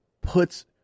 puts